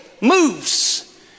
moves